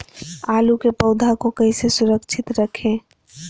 आलू के पौधा को कैसे सुरक्षित रखें?